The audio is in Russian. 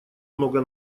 много